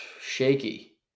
shaky